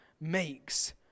makes